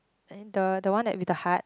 the the one that with the heart